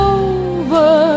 over